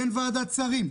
ואין ועדת שרים,